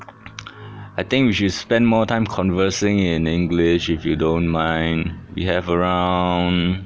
I think we should spend more time conversing in english if you don't mind we have around